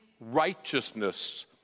righteousness